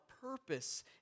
purpose